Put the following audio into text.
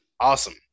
Awesome